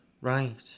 Right